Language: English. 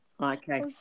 Okay